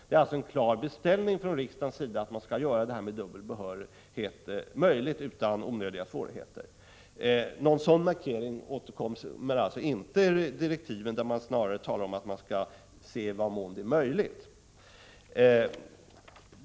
Det är alltså en klar beställning från riksdagens sida att man skall göra det möjligt att erhålla dubbel behörighet utan onödiga svårigheter. Någon sådan markering återkommer inte i direktiven, där det snarare sägs att man skall se i vad mån det är möjligt.